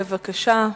בבקשה.